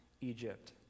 Egypt